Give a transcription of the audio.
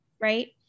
Right